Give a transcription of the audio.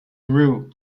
grew